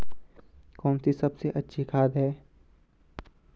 कौन सी सबसे अच्छी खाद है?